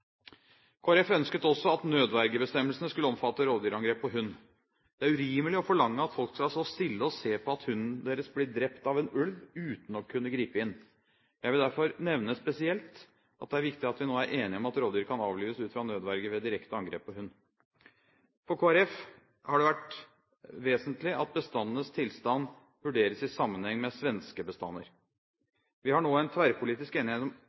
ønsket også at nødvergebestemmelsene skulle omfatte rovdyrangrep på hund. Det er urimelig å forlange at folk skal stå stille og se på at hunden deres blir drept av en ulv uten å kunne gripe inn. Jeg vil derfor nevne spesielt at det er viktig at vi nå er enige om at rovdyr kan avlives ut fra nødverge ved direkte angrep på hund. For Kristelig Folkeparti har det vært vesentlig at bestandenes tilstand vurderes i sammenheng med tilstanden til svenske bestander. Vi har nå en tverrpolitisk enighet om